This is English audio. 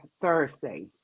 thursday